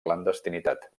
clandestinitat